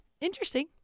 Interesting